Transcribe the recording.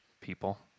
people